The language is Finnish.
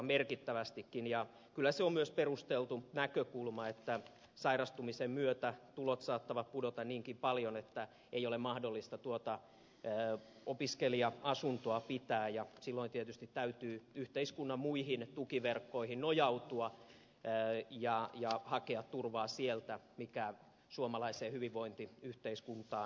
kyllä se on myös perusteltu näkökulma että sairastumisen myötä tulot saattavat pudota niinkin paljon että ei ole mahdollista tuota opiskelija asuntoa pitää ja silloin tietysti täytyy yhteiskunnan muihin tukiverkkoihin nojautua ja hakea turvaa sieltä mikä suomalaiseen hyvinvointiyhteiskuntaan kuuluu